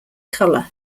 color